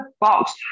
box